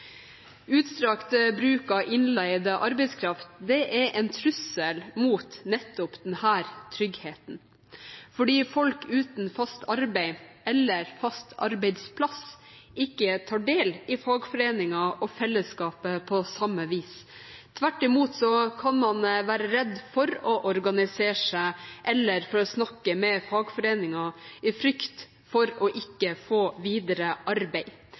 Utstrakt bruk av innleid arbeidskraft er en trussel mot nettopp denne tryggheten, fordi folk uten fast arbeid eller fast arbeidsplass ikke tar del i fagforeningen og fellesskapet på samme vis. Tvert imot kan man være redd for å organisere seg eller for å snakke med fagforeningen i frykt for ikke å få videre arbeid